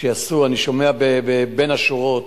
אני שומע בין השורות: